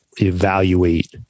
evaluate